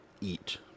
eat